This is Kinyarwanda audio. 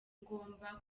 ngomba